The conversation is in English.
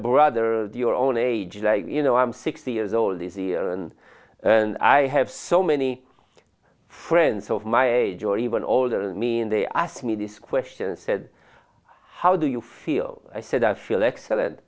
brother your own age like you know i'm sixty years old this year and i have so many friends of my age or even older than me and they asked me this question said how do you feel i said i feel excellent